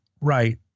right